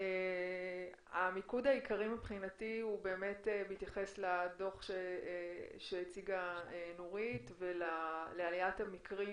המיקוד המרכזי מבחינתי הוא הדוח שהציגה נורית ולעליית המקרים